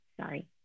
sorry